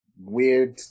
weird